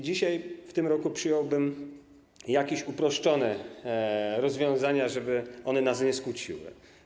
Dzisiaj, w tym roku, przyjąłbym jakieś uproszczone rozwiązania, żeby one nas nie skłóciły.